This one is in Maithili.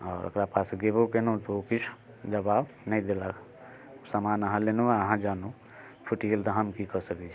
आओर ओकरा पास गेबो केलहुँ तऽ ओ किछु जबाब नहि देलक सामान अहाँ लेलहुँ अहाँ जानू फूटि गेल तऽ हम की सकै छी